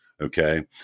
okay